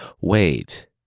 wait